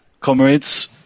Comrades